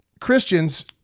Christians